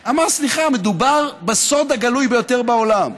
אמר: סליחה, מדובר בסוד הגלוי ביותר בעולם.